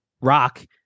rock